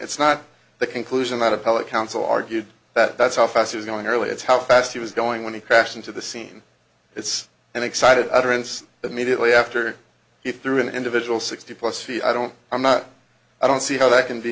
it's not the conclusion that a public counsel argued that that's how fast is going early it's how fast he was going when he crashed into the scene it's an excited utterance immediately after he threw an individual sixty plus feet i don't i'm not i don't see how that can be